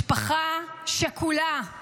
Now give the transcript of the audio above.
משפחה שכולה.